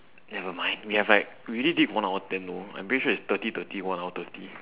never mind they have like we already did one hour ten though I am pretty sure is thirty thirty one hour thirty